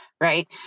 Right